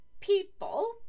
people